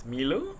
Milo